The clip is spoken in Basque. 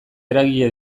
eragile